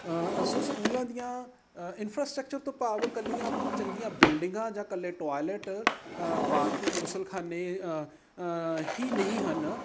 ਸੋ ਸਕੂਲਾਂ ਦੀਆਂ ਇਨਫਰਾਸਟਰਕਚਰ ਤੋਂ ਭਾਵ ਇਕੱਲੀਆਂ ਚੰਗੀਆਂ ਬਿਲਡਿੰਗਾਂ ਜਾਂ ਇਕੱਲੇ ਟੋਇਲਟ ਬਾਥਰੂਮ ਗੁਸਲਖਾਨੇ ਹੀ ਨਹੀਂ ਹਨ